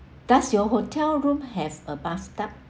does your hotel room have a bathtub